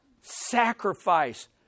Sacrifice